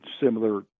similar